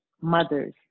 mothers